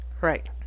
right